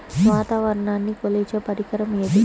వాతావరణాన్ని కొలిచే పరికరం ఏది?